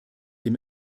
dem